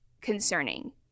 concerning